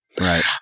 right